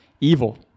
Evil